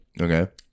Okay